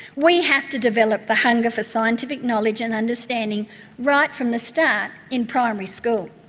we have to develop the hunger for scientific knowledge and understanding right from the start in primary school.